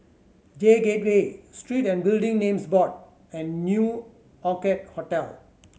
J Gateway Street and Building Names Board and New Orchid Hotel